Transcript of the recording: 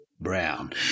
Brown